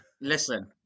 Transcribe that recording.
Listen